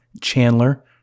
Chandler